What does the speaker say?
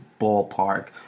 ballpark